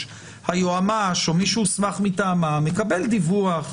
היועמ"שית או מי שהוסמך מטעמה מקבל דיווח.